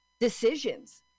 decisions